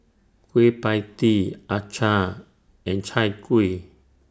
Kueh PIE Tee Acar and Chai Kuih